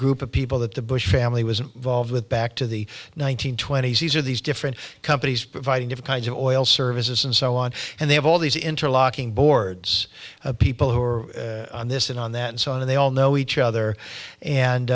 group of people that the bush family was involved with back to the one nine hundred twenty s these are these different companies providing of kinds of oil services and so on and they have all these interlocking boards of people who are on this and on that and so on and they all know each other and